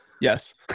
Yes